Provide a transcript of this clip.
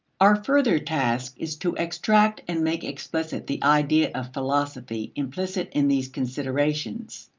our further task is to extract and make explicit the idea of philosophy implicit in these considerations.